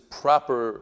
proper